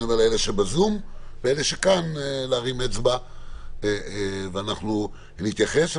ואלה שכאן להרים אצבע וניתן להתייחס.